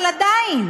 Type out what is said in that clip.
אבל עדיין